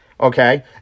Okay